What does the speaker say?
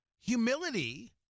humility